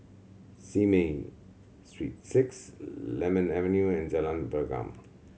Simei Street Six Lemon Avenue and Jalan Pergam